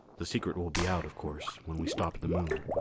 the secret will be out, of course, when we stop at the moon.